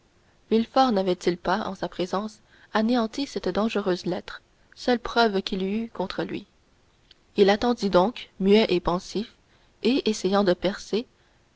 villefort n'avait-il pas en sa présence anéanti cette dangereuse lettre seule preuve qu'il eût contre lui il attendit donc muet et pensif et essayant de percer